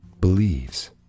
believes